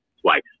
twice